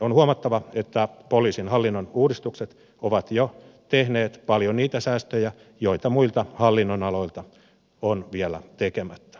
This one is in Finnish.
on huomattava että poliisin hallinnon uudistukset ovat jo tehneet paljon niitä säästöjä joita muilla hallinnonaloilla on vielä tekemättä